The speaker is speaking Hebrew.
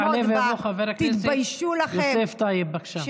יעלה ויבוא חבר הכנסת יוסף טייב, בבקשה.